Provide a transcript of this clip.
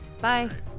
bye